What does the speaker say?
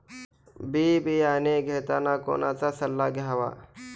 बी बियाणे घेताना कोणाचा सल्ला घ्यावा?